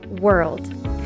world